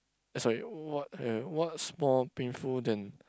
eh sorry what what's more painful than